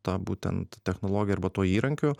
ta būtent technologija arba tuo įrankiu